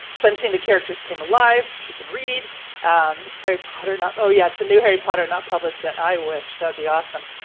so i'm seeing the characters came alive. she can read it's harry potter not, oh yeah, it's a new harry potter. not published yet. i wish that would be awesome.